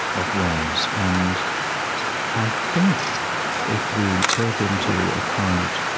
of ways. and i think if we take into account